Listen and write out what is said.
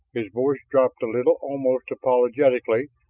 his voice dropped a little, almost apologetically,